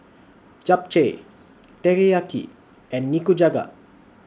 Japchae Teriyaki and Nikujaga